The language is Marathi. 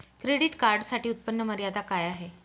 क्रेडिट कार्डसाठी उत्त्पन्न मर्यादा काय आहे?